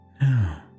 now